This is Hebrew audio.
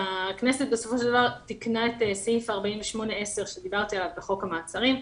הכנסת בסופו של דבר תיקנה את סעיף 48(10) שדיברתי עליו בחוק המעצרים,